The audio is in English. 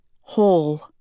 Hall